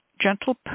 gentle